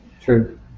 True